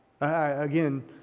Again